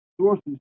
sources